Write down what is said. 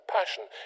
Passion